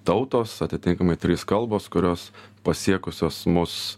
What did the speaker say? tautos atitinkamai trys kalbos kurios pasiekusios mus